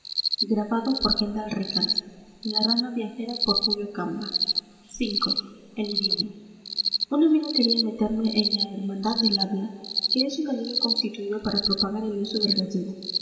contra linfáticos los biliosos naturalmente serán quienes rompan las hostilidades v el idioma un amigo quería meterme en la hermandad del habla que es una liga constituida para propagar el uso del gallego